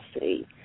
see